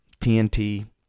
TNT